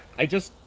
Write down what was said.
i just.